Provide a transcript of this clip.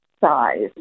size